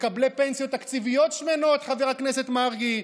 מקבלי פנסיות תקציביות שמנות חבר הכנסת מרגי,